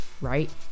right